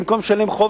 במקום לשלם חוב,